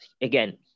again